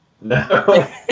No